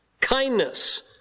kindness